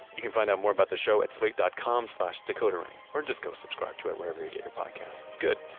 you can find out more about the show at slate dot com slash decoderring or just go subscribe to it wherever you get your podcasts. it's good.